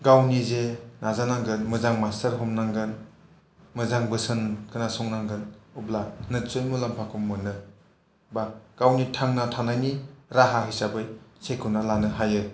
गाव निजे नाजानांगोन मोजां मास्टार हमनांगोन मोजां बोसोन खोनासंनांगोन अब्ला नितचय मुलाम्फाखौ मोनो बा गावनि थांना थानायनि राहा हिसाबै सायख'नानै लानो हायो